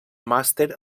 màster